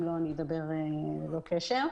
לא ראיתי אותה.